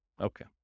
Okay